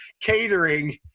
catering